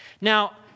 Now